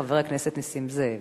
חבר הכנסת נסים זאב.